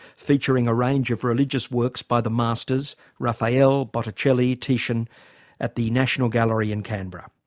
featuring a range of religious works by the masters, raphael, botticelli, titian at the national gallery in canberra.